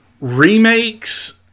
Remakes